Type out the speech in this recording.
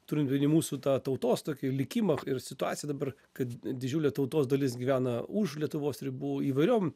turint omeny mūsų tą tautos tokį likimą ir situaciją dabar kad didžiulė tautos dalis gyvena už lietuvos ribų įvairiom